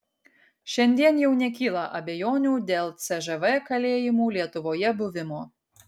šiandien jau nekyla abejonių dėl cžv kalėjimų lietuvoje buvimo